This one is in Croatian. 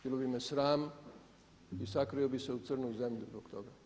Bilo bi me sram, sakrio bi se u crnu zemlju zbog toga.